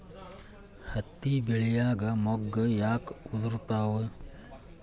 ಹತ್ತಿ ಬೆಳಿಯಾಗ ಮೊಗ್ಗು ಯಾಕ್ ಉದುರುತಾವ್?